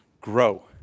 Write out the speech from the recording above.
grow